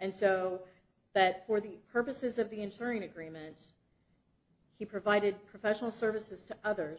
and so but for the purposes of the ensuring agreements he provided professional services to others